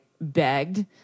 begged